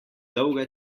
dolga